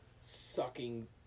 Sucking